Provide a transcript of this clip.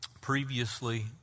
previously